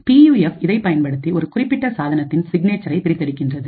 B U F இதைப் பயன்படுத்தி ஒரு குறிப்பிட்ட சாதனத்தின் சிக்னேச்சரை பிரித்தெடுக்கின்றது